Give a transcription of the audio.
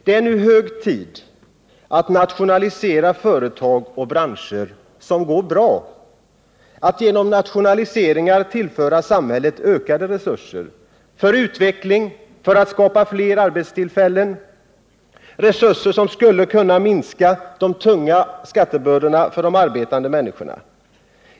Det är nu hög tid att nationalisera företag och branscher som går bra — att genom nationaliseringar tillföra samhället ökade resurser för utveckling och för att skapa fler arbetstillfällen, resurser som skulle kunna minska de tunga skattebördorna för det arbetande folket.